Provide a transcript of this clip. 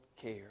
care